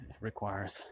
requires